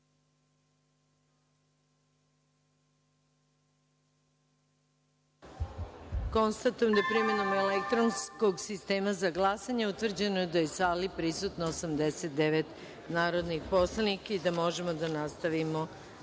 da je primenom elektronskog sistema za glasanje utvrđeno da je u sali prisutno 89 narodnih poslanika i da možemo da nastavimo